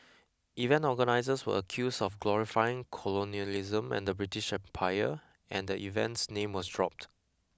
event organisers were accused of glorifying colonialism and the British Empire and event's name was dropped